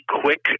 quick